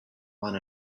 one